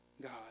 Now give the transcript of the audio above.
God